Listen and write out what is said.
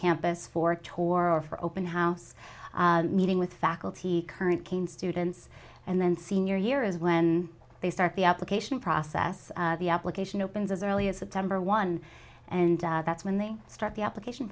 campus for tour or for open house meeting with faculty current cane students and then senior year is when they start the application process the application opens as early as september one and that's when they start the application